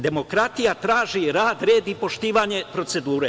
Demokratija traži rad, red i poštovanje procedure.